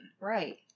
Right